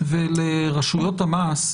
ולרשויות המס,